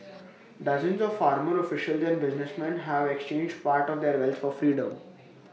dozens of former officials and businessmen have exchanged part of their wealth for freedom